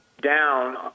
down